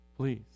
Please